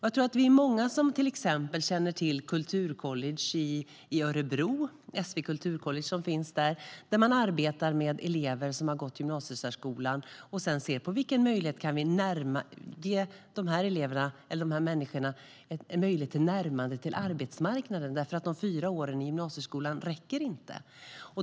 Jag tror att vi är många som till exempel känner till SV Kulturcollege i Örebro, där man arbetar med elever som har gått gymnasiesärskolan och ser på vilka möjligheter man kan ge dessa människor till att närma sig arbetsmarknaden, för de fyra åren i gymnasieskolan räcker inte.